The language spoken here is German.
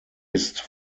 ist